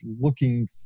looking